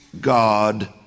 God